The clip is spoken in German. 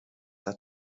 der